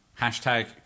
Hashtag